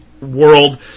world